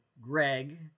Greg